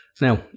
Now